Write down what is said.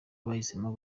bahisemo